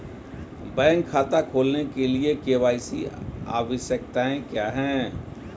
Bank खाता खोलने के लिए के.वाई.सी आवश्यकताएं क्या हैं?